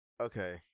okay